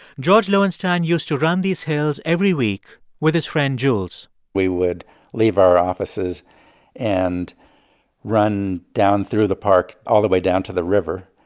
george loewenstein used to run these hills every week with his friend jules we would leave our offices and run down through the park all the way down to the river.